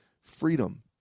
Freedom